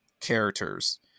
characters